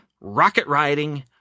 rocket-riding